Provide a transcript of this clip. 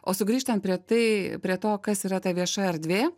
o sugrįžtant prie tai prie to kas yra ta vieša erdvė